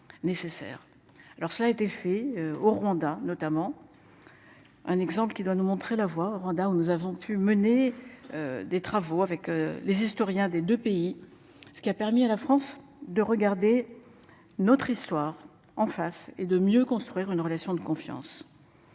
Alors ça a été fait au Rwanda notamment. Un exemple qui doit nous montrer la voie au Rwanda, où nous avons pu mener. Des travaux avec les historiens des 2 pays ce qui a permis à la France de regarder. Notre histoire en face et de mieux construire une relation de confiance.